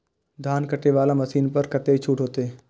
धान कटे वाला मशीन पर कतेक छूट होते?